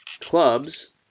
Clubs